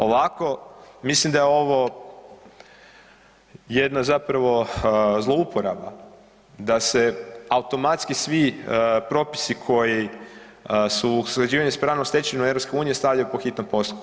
Ovako, mislim da je ovo jedna zapravo zlouporaba da se automatski svi propisi koji su u sređivanju s pravnom stečevinom EU stavljaju pod hitnom postupku.